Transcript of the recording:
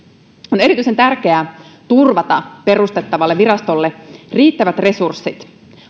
on erityisen tärkeää turvata perustettavalle virastolle riittävät resurssit